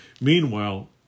Meanwhile